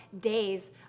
days